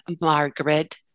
Margaret